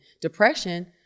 depression